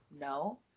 No